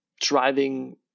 driving